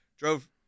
Drove